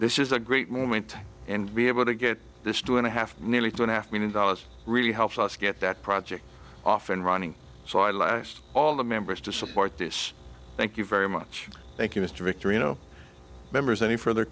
this is a great moment and be able to get this two and a half nearly two and a half million dollars really helps us get that project off and running so i last all the members to support this thank you very much thank you mr victory no members any further